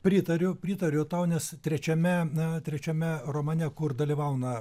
pritariu pritariu tau nes trečiame e trečiame romane kur dalyvauna